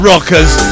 rockers